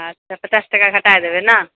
अच्छा पचास टका घटा देबय ने